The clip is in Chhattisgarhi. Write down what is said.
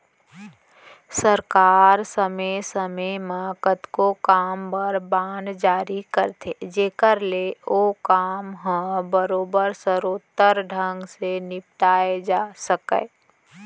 सरकार समे समे म कतको काम बर बांड जारी करथे जेकर ले ओ काम ह बरोबर सरोत्तर ढंग ले निपटाए जा सकय